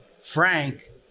Frank